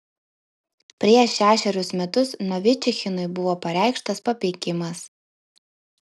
prieš šešerius metus novičichinui buvo pareikštas papeikimas